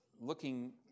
looking